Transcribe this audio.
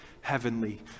heavenly